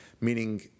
meaning